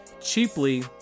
cheaply